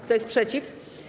Kto jest przeciw?